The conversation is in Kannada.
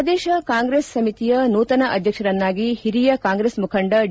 ಪ್ರದೇಶ ಕಾಂಗ್ರೆಸ್ ಸಮಿತಿಯ ನೂತನ ಅಧ್ಯಕ್ಷರನ್ನಾಗಿ ಹಿರಿಯ ಕಾಂಗ್ರೆಸ್ ಮುಖಂಡ ಡಿ